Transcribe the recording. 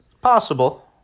Possible